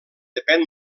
depèn